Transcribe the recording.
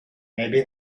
maybe